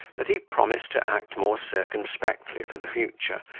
that he promised to act more circumspectly for the future,